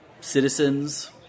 citizens